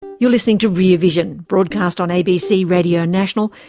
you're listening to rear vision, broadcast on abc radio national,